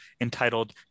entitled